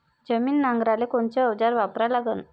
जमीन नांगराले कोनचं अवजार वापरा लागन?